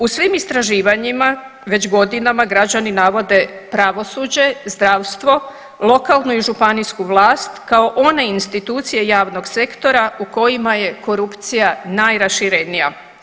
U svim istraživanjima već godinama navode pravosuđe, zdravstvo, lokalnu i županijsku vlast kao one institucije javnog sektora u kojima je korupcija najraširenija.